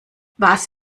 was